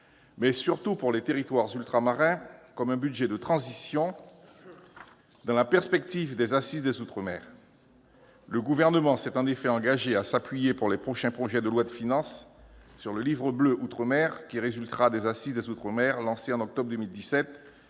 transition pour les territoires ultramarins, dans la perspective des Assises des outre-mer. Le Gouvernement s'est en effet engagé à s'appuyer, pour les prochains projets de loi de finances, sur le Livre bleu outre-mer, qui résultera des Assises des outre-mer, lancées en octobre 2017